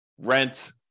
rent